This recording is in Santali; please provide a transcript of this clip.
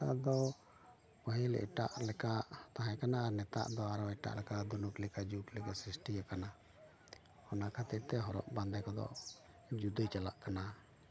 ᱱᱮᱛᱟᱨ ᱫᱚ ᱯᱟᱹᱦᱤᱞ ᱮᱴᱟᱜ ᱞᱮᱠᱟ ᱛᱟᱦᱮᱸ ᱠᱟᱱᱟ ᱱᱮᱛᱟᱜ ᱫᱚ ᱟᱨᱚ ᱮᱴᱟᱜ ᱞᱮᱠᱟ ᱫᱩᱱᱩᱠ ᱞᱮᱠᱟ ᱡᱩᱜ ᱞᱮᱠᱟ ᱥᱤᱥᱴᱤ ᱟᱠᱟᱱᱟ ᱚᱱᱟ ᱠᱷᱟᱹᱛᱤᱨ ᱛᱮ ᱦᱚᱨᱚᱜ ᱵᱟᱸᱫᱮ ᱠᱚᱫᱚ ᱡᱩᱫᱟᱹ ᱪᱟᱞᱟᱜ ᱠᱟᱱᱟ